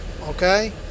okay